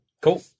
Cool